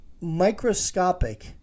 microscopic